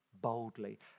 boldly